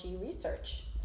research